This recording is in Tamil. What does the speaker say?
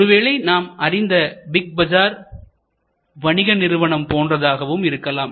ஒருவேளை நாம் அறிந்த பிக் பஜார் வணிக நிறுவனம் போன்றதாகவும் இருக்கலாம்